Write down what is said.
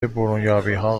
برونیابیها